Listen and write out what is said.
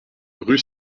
rue